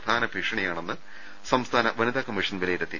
പ്രധാന ഭീഷണിയാണെന്ന് സംസ്ഥാന വനിതാ കമ്മീഷൻ വിലയിരുത്തി